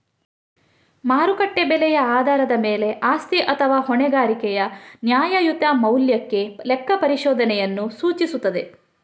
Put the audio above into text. ಮಾರುಕಟ್ಟೆ ಬೆಲೆಯ ಆಧಾರದ ಮೇಲೆ ಆಸ್ತಿ ಅಥವಾ ಹೊಣೆಗಾರಿಕೆಯ ನ್ಯಾಯಯುತ ಮೌಲ್ಯಕ್ಕೆ ಲೆಕ್ಕಪರಿಶೋಧನೆಯನ್ನು ಸೂಚಿಸುತ್ತದೆ